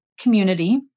community